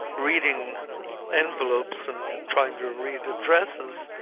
reading envelopes and trying to read addresses,